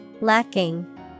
Lacking